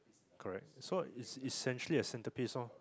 correct so it's essentially a centerpiece lor